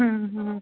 ହୁଁ ହୁଁ